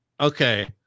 Okay